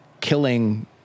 killing